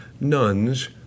nuns